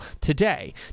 today